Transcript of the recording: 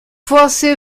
você